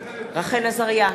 רחל עזריה,